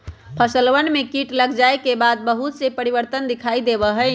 फसलवन में कीट लग जाये के बाद बहुत से परिवर्तन दिखाई देवा हई